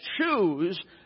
choose